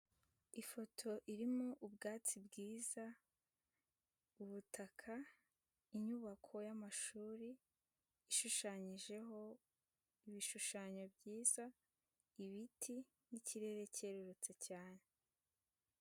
Ifoto irimo ubwatsi bwiza, ubutaka, inyubako y'amashuri ishushanyijeho ibishushanyo byiza, ibiti n'ikirere cyererutse cyane.